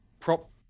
Prop